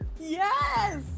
Yes